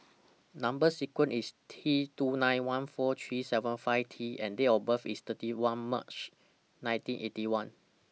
Number sequence IS T two nine one four three seven five T and Date of birth IS thirty one March nineteen Eighty One